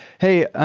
hey,